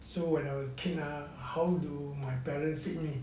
so when I was kid ah how do my parent feed me